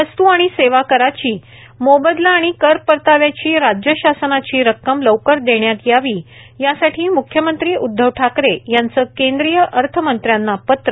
वस्तू आणि सेवा कराची मोबदला आणि कर परताव्याची राज्य शासनाची रक्कम लवकर देण्यात यावी यासाठी मुख्यमंत्री उदधव ठाकरे यांच केंद्रीय अर्थमंत्र्यांना पत्र